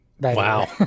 Wow